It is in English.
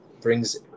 brings